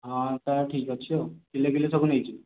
ହଁ ତ ଠିକ ଅଛି ଆଉ କିଲେ କିଲେ ସବୁ ନେଇଯିବେ